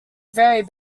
very